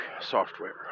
software